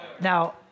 Now